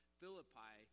Philippi